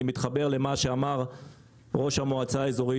אני מתחבר למה שאמר ראש המועצה האזורית